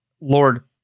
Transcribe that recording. Lord